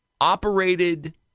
operated